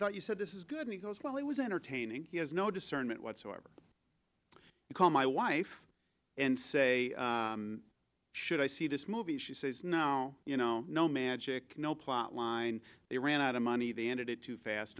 thought you said this is good he goes well he was entertaining he has no discernment whatsoever he called my wife and say should i see this movie she says you know no magic no plot line they ran out of money they ended it too fast